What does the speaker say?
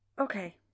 Okay